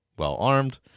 well-armed